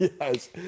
yes